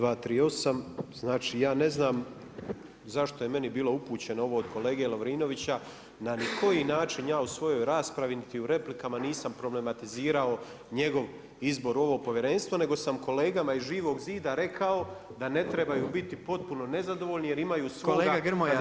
238., znači ja ne znam zašto je meni bilo upućeno ovo od kolege Lovrinovića, na ni koji način ja u svojoj raspravi niti u replikama nisam problematizirao njegov izbor u ovo Povjerenstvo nego sam kolegama iz Živog zida rekao da ne trebaju biti potpuno nezadovoljni jer imaju svoga kandidata za gradonačelnika.